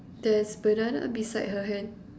there's banana beside her hand